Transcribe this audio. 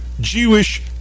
Jewish